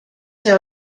see